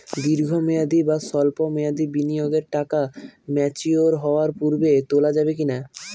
দীর্ঘ মেয়াদি বা সল্প মেয়াদি বিনিয়োগের টাকা ম্যাচিওর হওয়ার পূর্বে তোলা যাবে কি না?